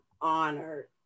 honored